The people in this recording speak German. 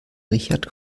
richard